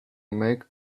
make